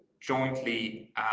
jointly